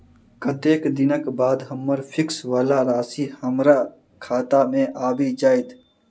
कत्तेक दिनक बाद हम्मर फिक्स वला राशि हमरा खाता मे आबि जैत?